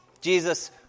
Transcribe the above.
Jesus